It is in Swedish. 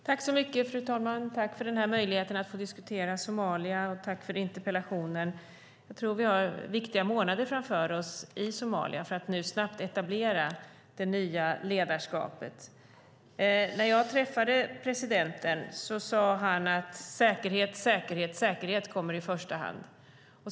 Fru talman! Jag tackar för möjligheten att diskutera Somalia, och jag tackar för interpellationen. Jag tror att vi har viktiga månader framför oss i Somalia för att nu snabbt etablera det nya ledarskapet. När jag träffade presidenten sade han att säkerhet, säkerhet och säkerhet kommer i första hand.